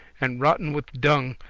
and rotten with dung,